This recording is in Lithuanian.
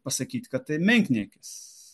pasakyti kad tai menkniekis